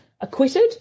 acquitted